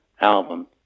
album